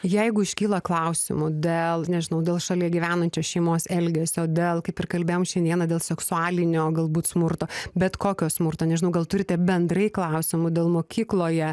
jeigu iškyla klausimų dėl nežinau dėl šalia gyvenančios šeimos elgesio dėl kaip ir kalbėjom šiandieną dėl seksualinio galbūt smurto bet kokio smurto nežinau gal turite bendrai klausimų dėl mokykloje